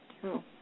True